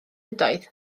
ydoedd